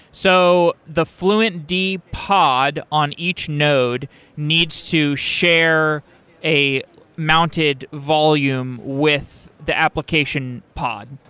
so the fluentd pod on each node needs to share a mounted volume with the application pod.